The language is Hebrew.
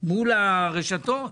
מול הרשתות.